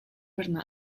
bernal